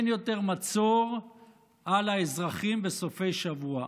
אין יותר מצור על האזרחים בסופי שבוע.